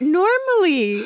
normally